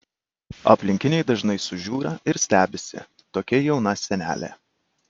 aplinkiniai dažnai sužiūra ir stebisi tokia jauna senelė